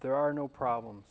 there are no problems